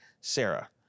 Sarah